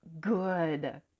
good